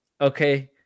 Okay